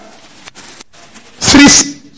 Three